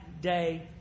day